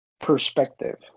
perspective